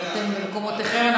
לא, לא נרשמו עוד אנשים לדיבור.